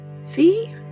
see